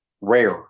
rare